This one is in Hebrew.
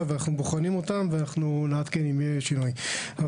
ואנחנו בוחנים אותם ואנחנו נעדכן אם יהיה שינוי,